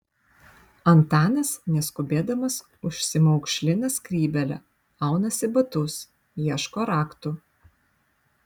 antanas neskubėdamas užsimaukšlina skrybėlę aunasi batus ieško raktų